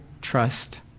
trust